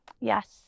yes